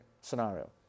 scenario